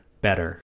better